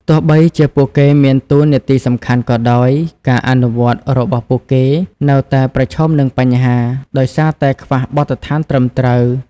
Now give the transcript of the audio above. ទោះបីជាពួកគេមានតួនាទីសំខាន់ក៏ដោយ ការអនុវត្តន៍របស់ពួកគេនៅតែប្រឈមនឹងបញ្ហា ដោយសារតែខ្វះបទដ្ឋានត្រឹមត្រូវ។